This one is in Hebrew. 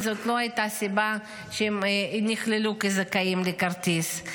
וזאת לא הייתה סיבה לכך שהם ייכללו כזכאים לכרטיס.